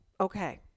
Okay